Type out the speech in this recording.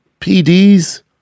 PDs